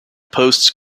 posts